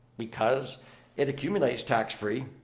because it accumulates tax-free,